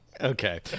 Okay